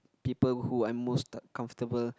people who I most comfortable